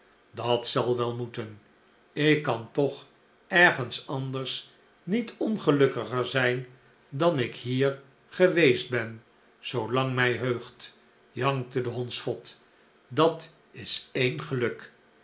dat zal wel moeten ik kan toch ergens anders niet ongelukkiger zijn dan ik hier geweest ben zoolang mij heugt jankte de hondsvot dat is een geluk